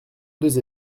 deux